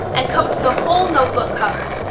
and coat the whole notebook cover.